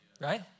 right